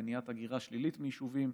למניעת הגירה שלילית מיישובים,